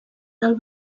del